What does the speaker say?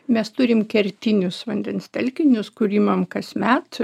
mes turim kertinius vandens telkinius kur imam kasmet